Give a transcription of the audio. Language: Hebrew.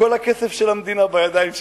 כל הכסף של המדינה בידיים שלך.